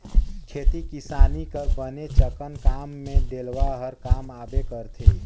खेती किसानी कर बनेचकन काम मे डेलवा हर काम आबे करथे